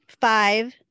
Five